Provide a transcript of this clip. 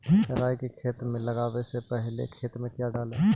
राई को खेत मे लगाबे से पहले कि खेत मे क्या डाले?